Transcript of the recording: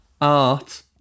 Art